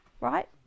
Right